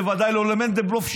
בוודאי לא למנדלבלוף,